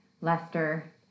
Lester